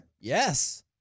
Yes